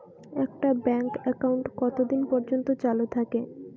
একটা bank account কতদিন পর্যন্ত চালু থাকে?